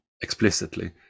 explicitly